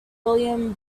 william